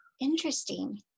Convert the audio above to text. Interesting